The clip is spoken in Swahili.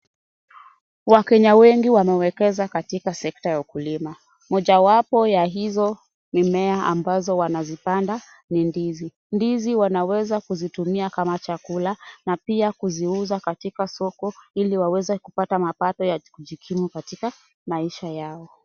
Wakenya wengi wanwekeza katika sekta ya kilimo moja wapo wa izo mimea wanazipanda ni ndizi. Ndizi wanaeza kuzitumia kama chakula na pia kuziuza katiaka soko ili waweze kupatamapato ya kijikimu katika maisha yao.